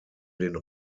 den